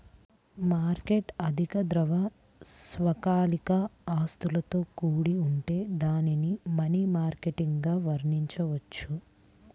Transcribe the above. market అధిక ద్రవ, స్వల్పకాలిక ఆస్తులతో కూడి ఉంటే దానిని మనీ మార్కెట్గా వర్ణించవచ్చు